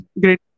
Great